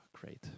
Great